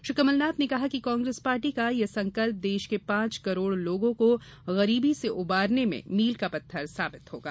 श्री कमलनाथ ने कहा कि कांग्रेस पार्टी का ये संकल्प देश के पांच करोड़ लोगों को गरीबी से उबारने में मील का पत्थर साबित होगा